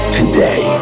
today